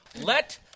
Let